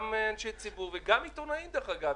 גם אנשי ציבור וגם עיתונאים דרך אגב,